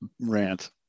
rant